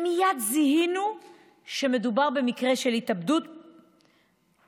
ומייד זיהינו שמדובר במקרה של התאבדות פוטנציאלית.